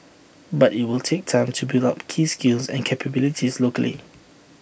but IT will take time to build up keys skills and capabilities locally